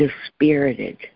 dispirited